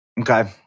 Okay